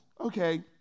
Okay